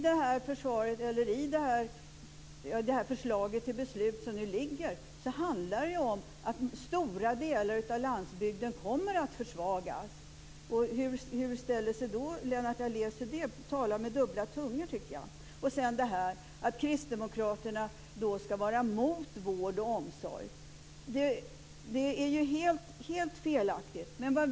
Det här förslaget till beslut innebär att stora delar av landsbygden kommer att försvagas. Hur ställer sig Lennart Daléus till det? Jag tycker att han talar med dubbla tungor. Sedan säger han att Kristdemokraterna skulle vara mot vård och omsorg. Det är helt felaktigt.